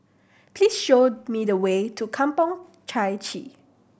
please show me the way to Kampong Chai Chee